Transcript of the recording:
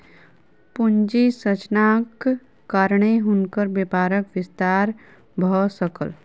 पूंजी संरचनाक कारणेँ हुनकर व्यापारक विस्तार भ सकल